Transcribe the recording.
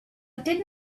did